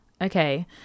Okay